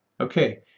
okay